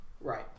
Right